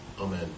Amen